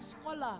scholar